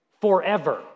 forever